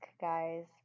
guys